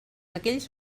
aquells